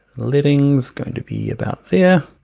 lidding's going to be about there.